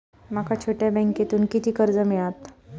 माका छोट्या बँकेतून किती कर्ज मिळात?